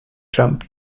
trump